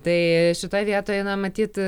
tai šitoj vietoj matyt